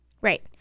Right